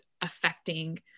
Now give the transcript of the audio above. affecting